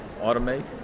automate